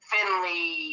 Finley